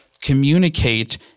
communicate